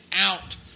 out